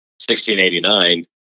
1689